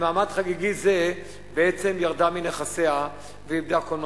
במעמד חגיגי זה בעצם ירדה מנכסיה ואיבדה כל משמעות.